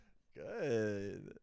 Good